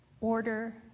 order